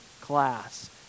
class